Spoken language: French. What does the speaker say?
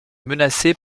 menacée